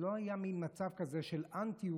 לא היה מין מצב כזה של אנטי,